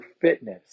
fitness